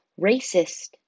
racist